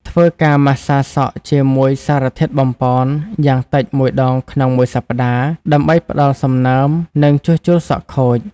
ធ្វើការម៉ាស្សាសក់ជាមួយសារធាតុបំប៉នយ៉ាងតិចមួយដងក្នុងមួយសប្តាហ៍ ដើម្បីផ្តល់សំណើម និងជួសជុលសក់ខូច ។